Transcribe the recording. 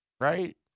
Right